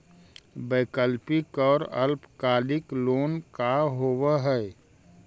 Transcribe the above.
वैकल्पिक और अल्पकालिक लोन का होव हइ?